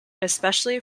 especially